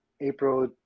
April